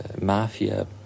mafia